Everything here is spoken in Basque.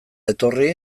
etorri